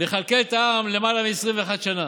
לכלכל את העם למעלה מ-21 שנה.